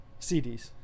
CDs